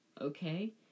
okay